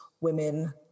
women